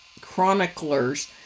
Chronicler's